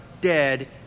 dead